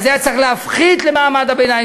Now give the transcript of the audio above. היה צריך להפחית למעמד הביניים,